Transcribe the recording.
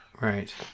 Right